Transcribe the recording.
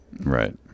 Right